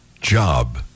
job